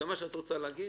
זה מה שאת רוצה להגיד?